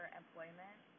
employment